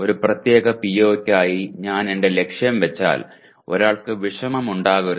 ഒരു പ്രത്യേക PO യ്ക്കായി ഞാൻ എന്റെ ലക്ഷ്യം വെച്ചാൽ ഒരാൾക്ക് വിഷമമുണ്ടാകരുത്